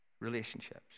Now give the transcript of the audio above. relationships